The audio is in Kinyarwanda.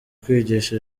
kwigisha